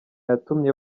yatumye